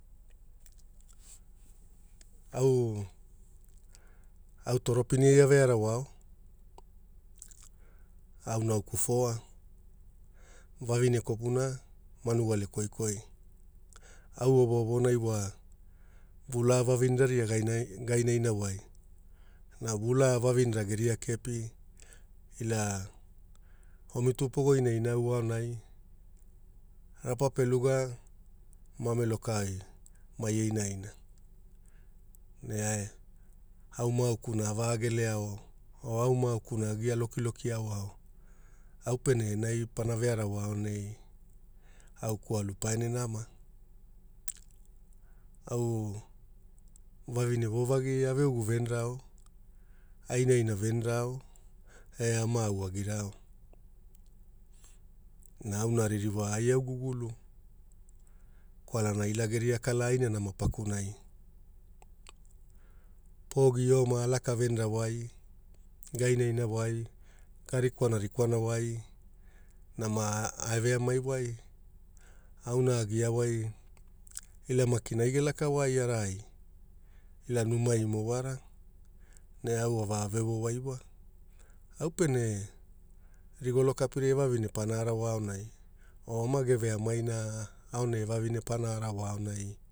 Au Toropinia ave arawao. Au nauku foa, vavine kwapuna, manuole koikoi. Au ovaovanai wa vulaa vavine vavinera ria ga inaina wai na vulaa vavinera geria kepi ila omu tu pogo iaina aonai, rapa peluga ma meloka oi maie inu vavine vvagi aveugu veairao ainaina verirao e ainai ne au makina avaeleao, au makina agia lokilokiao wa, au pene enai pana vearawa aonai a eku alu pa ene nama. Au vavine vovagi ave ugu venirao ainaina verirao e amau agirao na auna ririwa ai au gugulu, kwalana ila geria kala ainanama pakurai. Pogi oma alaka venira wai, gainaina wai, ga rikwana rikwana wai, numa aveamai wai auna agia wai ila maki ai gelakawai araai ila mimaimo wara ne au ave oveva ova wai au pere rigolo kapirai e vavine para arava aonai o omu eveamaina aonai e vavine para arawa aonai.